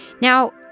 Now